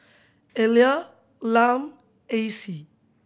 Elia Lum Acie